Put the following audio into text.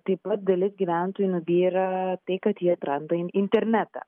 taip pat dalis gyventojų nubyra tai kad jie atranda internetą